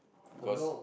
because